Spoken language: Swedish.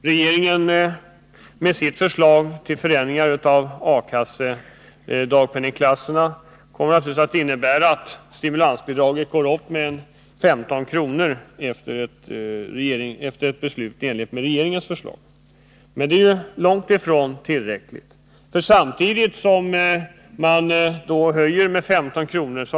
Regeringens förslag till förändringar av A-kassedagpenningsklasserna kommer att innebära att stimulansbidraget går upp med 15 kr. efter ett beslut i enlighet med regeringens förslag. Men detta är långt ifrån tillräckligt, eftersom man samtidigt med höjningen med 15 kr.